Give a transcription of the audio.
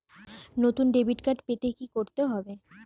নতুন debit card পেতে কী করতে হবে?